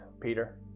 Peter